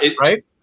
Right